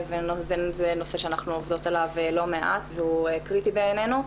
זה נושא שאנחנו עובדות עליו לא מעט והוא קריטי בעינינו,